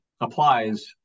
applies